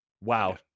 Wow